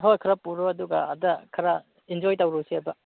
ꯍꯣꯏ ꯈꯔ ꯄꯨꯔꯣ ꯑꯗꯨꯒ ꯑꯥꯗ ꯈꯔ ꯏꯟꯖꯣꯏ ꯇꯧꯔꯨꯁꯦꯕ